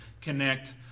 connect